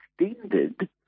extended